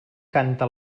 canta